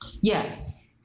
Yes